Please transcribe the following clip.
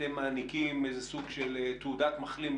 אתם מעניקים איזה סוג של תעודת מחלים,